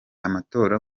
amatora